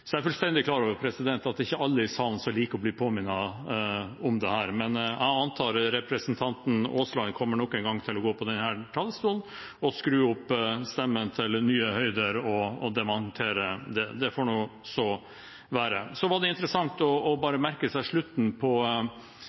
Jeg er fullstendig klar over at ikke alle i salen liker å bli minnet om dette, men jeg antar at representanten Aasland nok en gang kommer til å gå opp på denne talerstolen og skru opp stemmen til nye høyder og dementere. Det får nå så være. Det var interessant å merke seg slutten på